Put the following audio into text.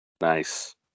Nice